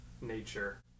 nature